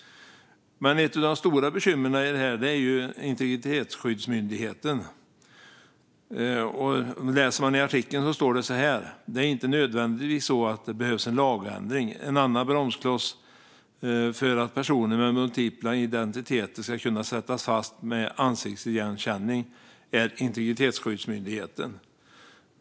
Ett av de stora bekymren i detta är Integritetsskyddsmyndigheten. Av artikeln framgår följande: Det är inte nödvändigtvis så att det behövs en lagändring. En annan bromskloss för att personer med multipla identiteter ska kunna sättas fast med ansiktsigenkänning är Integritetsskyddsmyndigheten.